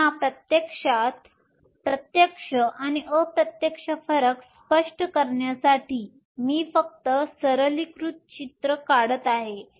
पुन्हा प्रत्यक्ष आणि अप्रत्यक्ष फरक स्पष्ट करण्यासाठी मी फक्त सरलीकृत चित्र काढत आहे